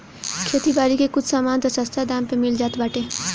खेती बारी के कुछ सामान तअ सस्ता दाम पे मिल जात बाटे